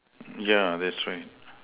yeah that's right